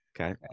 Okay